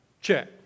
Check